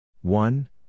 one